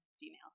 female